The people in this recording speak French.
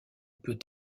peut